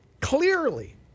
clearly